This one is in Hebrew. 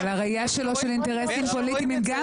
אבל הראייה שלו של האינטרסים הפוליטיים היא גם קיימת,